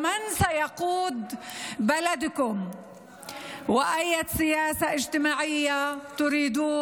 מי ינהיג את היישוב שלהם ואיזו מדיניות חברתית תיושם